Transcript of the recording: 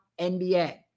NBA